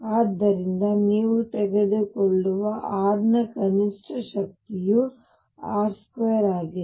ಆದ್ದರಿಂದ ನೀವು ತೆಗೆದುಕೊಳ್ಳುವ r ನ ಕನಿಷ್ಠ ಶಕ್ತಿಯು r2 ಆಗಿದೆ